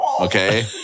okay